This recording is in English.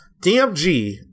DMG